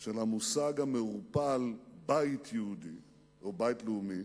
של המושג המעורפל "בית יהודי" או "בית לאומי".